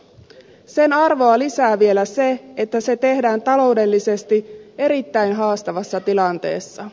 sen arvoa lisää vielä se että se tehdään taloudellisesti erittäin haastavassa tilanteessa